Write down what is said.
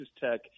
Tech